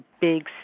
big